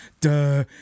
duh